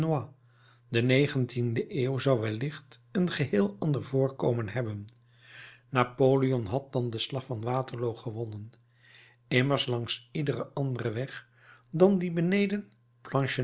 de negentiende eeuw zou wellicht een geheel ander voorkomen hebben napoleon had dan den slag van waterloo gewonnen immers langs iederen anderen weg dan dien beneden